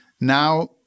Now